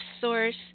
source